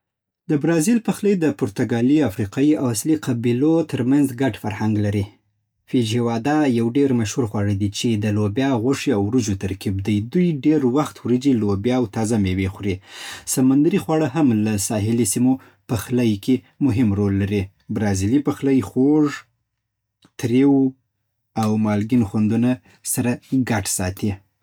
برازیل: د برازیل پخلی د پرتګالي، افریقایي او اصلي قبیلو ترمنځ ګډ فرهنګ لري. فیجوادا یو ډېر مشهور خواړه دی، چې د لوبیا، غوښې او وریجو ترکیب دی. دوی ډېر وخت وريجې، لوبیا، او تازه میوې خوري. سمندري خواړه هم د ساحلي سیمو پخلی کې مهم رول لري. برازیلي پخلی خوږ، تریو او مالګین خوندونه سره ګډ ساتي